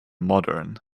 modern